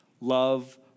love